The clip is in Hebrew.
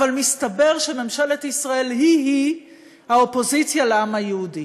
אבל מסתבר שממשלת ישראל היא-היא האופוזיציה לעם היהודי.